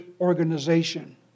organization